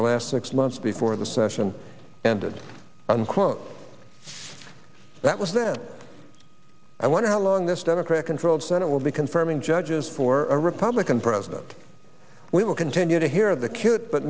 the last six months before the session ended quote that was then i want to how long this democrat controlled senate will be confirming judges for a republican president we will continue to hear the cute but